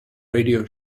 radio